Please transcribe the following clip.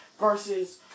Versus